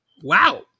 Wow